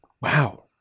Wow